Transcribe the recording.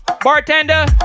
Bartender